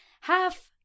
Half